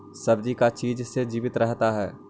सब्जी का चीज से जीवित रहता है?